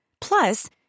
Plus